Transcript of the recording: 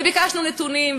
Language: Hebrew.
וביקשנו נתונים,